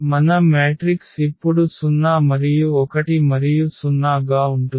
మన మ్యాట్రిక్స్ ఇప్పుడు 0 మరియు 1 మరియు 0 గా ఉంటుంది